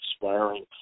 expiring